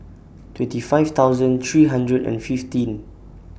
twenty five thousand three hundred and fifteen